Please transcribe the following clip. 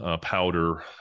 powder